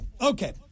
Okay